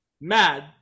Mad